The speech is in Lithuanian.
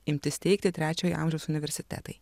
imti steigti trečiojo amžiaus universitetai